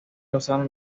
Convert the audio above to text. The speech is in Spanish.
lozano